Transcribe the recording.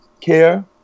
care